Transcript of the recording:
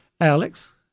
alex